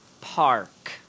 Park